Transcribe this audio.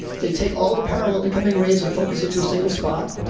they take all the parallel incoming rays and focus it to a single spot.